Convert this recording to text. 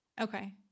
okay